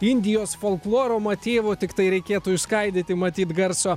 indijos folkloro motyvų tiktai reikėtų išskaidyti matyt garso